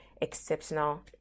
exceptional